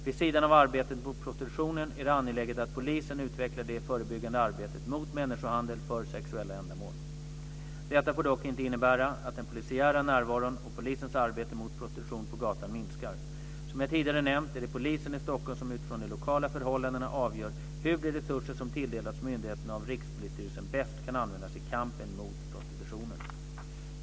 Vid sidan av arbetet mot prostitutionen är det angeläget att polisen utvecklar det förebyggande arbetet mot människohandel för sexuella ändamål. Detta får dock inte innebära att den polisiära närvaron och polisens arbete mot prostitution på gatan minskar. Som jag tidigare har nämnt är det polisen i Stockholm som utifrån de lokala förhållandena avgör hur de resurser som tilldelats myndigheterna av Rikspolisstyrelsen bäst kan användas i kampen mot prostitutionen.